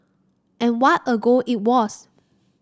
and what a goal it was